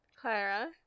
Clara